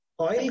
oil